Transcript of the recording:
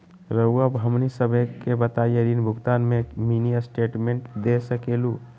रहुआ हमनी सबके बताइं ऋण भुगतान में मिनी स्टेटमेंट दे सकेलू?